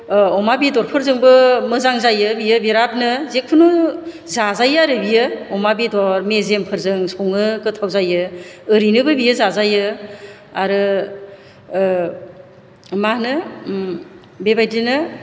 अ अमा बेदरफोरजोंबो मोजां जायो बेयो बिरादनो जेखुनु जाजायो आरो बेयो अमा बेदर मेजेमफोरजों सङो गोथाव जायो ओरैनोबो बियो जाजायो आरो मा होनो बेबायदिनो